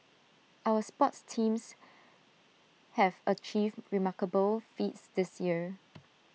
our sports teams have achieved remarkable feats this year